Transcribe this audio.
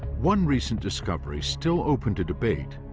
one recent discovery, still open to debate,